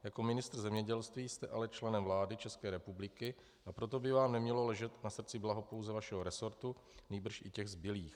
Jako ministr zemědělství jste ale členem vlády České republiky, a proto by vám nemělo ležet na srdci blaho pouze vašeho resortu, nýbrž i těch zbylých.